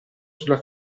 sulla